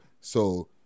So-